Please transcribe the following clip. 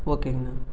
ஓகேங்கண்ணா